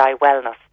Wellness